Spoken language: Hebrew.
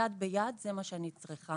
מה שאני צריכה